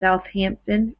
southampton